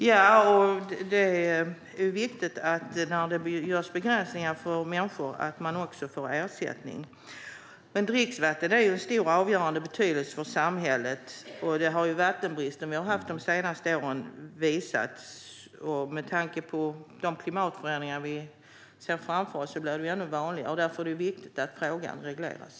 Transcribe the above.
Herr talman! När det görs begränsningar för människor är det viktigt att de får ersättning. Men dricksvatten är ju av stor och avgörande betydelse för samhället, vilket vattenbristen som vi haft de senaste åren har visat. Med tanke på de klimatförändringar vi ser framför oss kommer vattenbristen att bli ännu vanligare. Därför är det viktigt att frågan regleras.